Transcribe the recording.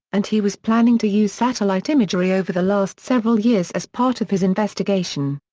and he was planning to use satellite imagery over the last several years as part of his investigation.